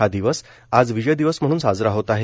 हा दिवस आज विजय दिवस म्हणून साजरा होत आहे